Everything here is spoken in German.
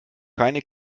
keine